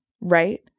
right